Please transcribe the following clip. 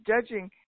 judging